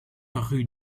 rue